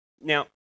Now